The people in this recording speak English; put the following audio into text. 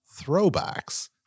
throwbacks